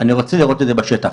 אני רוצה לראות את זה בשטח.